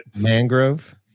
mangrove